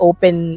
Open